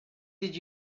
did